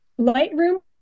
Lightroom